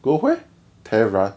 go where tehran